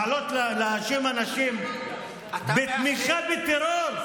לעלות להאשים אנשים בתמיכה בטרור?